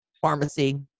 Pharmacy